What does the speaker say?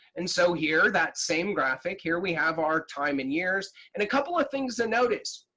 and so here that same graphic, here we have our time in years, and a couple of things to notice